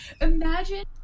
imagine